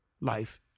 life